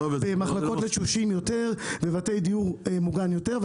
במחלקות לתשושים יותר, בבתי דיור מוגן יותר.